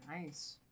nice